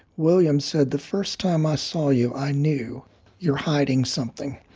william said, the first time i saw you, i knew you were hiding something,